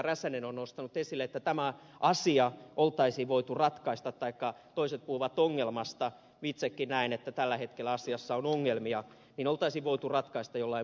räsänen on nostanut esille että tämä asia toiset puhuvat ongelmasta itsekin näen että tällä hetkellä asiassa on ongelmia olisi voitu ratkaista jollain muualla tavalla